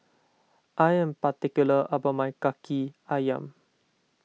I am particular about my Kaki Ayam